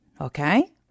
Okay